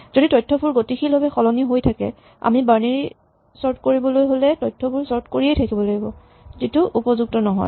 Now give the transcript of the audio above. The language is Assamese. যদি তথ্যবোৰ গতিশীলভাৱে সলনি হৈ থাকে আমি বাইনেৰী চৰ্ট কৰিবলৈ হ'লে তথ্যবোৰ চৰ্ট কৰিয়েই থাকিব লাগিব যিটো উপযুক্ত নহয়